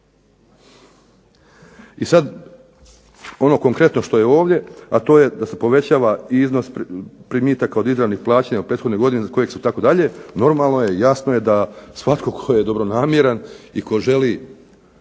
I sad ono konkretno što je ovdje, a to je da se povećava iznos primitaka od izravnih plaćanja u prethodnoj godini za kojeg su itd. normalno je i jasno je da svatko tko je dobronamjeran i tko želi